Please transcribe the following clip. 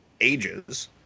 ages